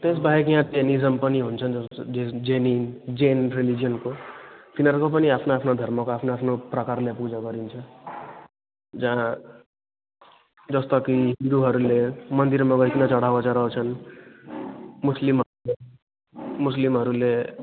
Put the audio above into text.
त्यो बाहेक याँ जेनिजम् पनि हुन्छन् जेनिहिन् जैन रिलीजियनको तिनीहरूको पनि आफ्नो आफ्नो धर्मको आफ्नो आफ्नो प्रकारले पूजा गरिन्छ जहाँ जस्तो कि हिन्दूहरूले मन्दिरमा गइकिन चढावा चढाउँछन् मुस्लिमहरूले मुस्लिमहरूले